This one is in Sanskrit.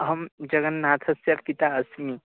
अहं जगन्नाथस्य पिता अस्मि